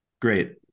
Great